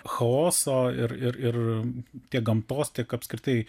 chaoso ir ir ir tiek gamtos tiek apskritai